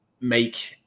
make